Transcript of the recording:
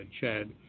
Chad